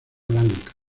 blanca